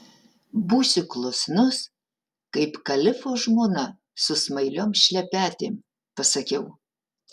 būsiu klusnus kaip kalifo žmona su smailiom šlepetėm pasakiau